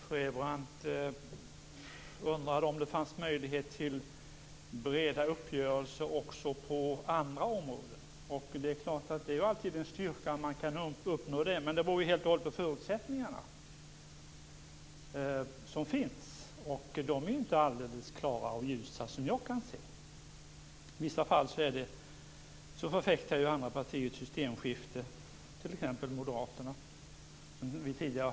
Herr talman! Rose-Marie Frebran undrade om det fanns möjlighet till breda uppgörelser också på andra områden. Det är alltid en styrka om man kan uppnå det. Men det beror helt och hållet på förutsättningarna. De är inte alldeles klara och ljusa, som jag kan se. I vissa fall förfäktar andra partier, t.ex. Moderaterna, ett systemskifte.